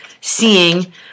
seeing